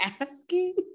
asking